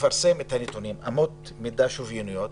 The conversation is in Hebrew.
תפרסם את הנתונים, אמות מידה שוויוניות.